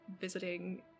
visiting